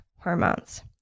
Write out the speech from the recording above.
hormones